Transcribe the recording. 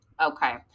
Okay